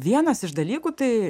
vienas iš dalykų tai